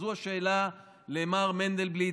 זו השאלה למר מנדלבליט,